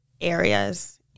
areas